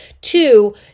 Two